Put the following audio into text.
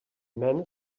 man